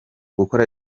gukora